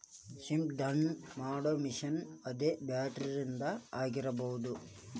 ಸಿಂಪಡನೆ ಮಾಡು ಮಿಷನ್ ಅದ ಬ್ಯಾಟರಿದ ಆಗಿರಬಹುದ